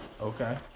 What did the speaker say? Okay